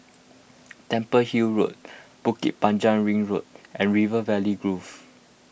Temple Hill Road Bukit Panjang Ring Road and River Valley Grove